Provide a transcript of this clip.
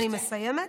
אני מסיימת.